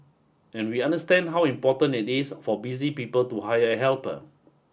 and we understand how important it is for busy people to hire a helper